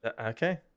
okay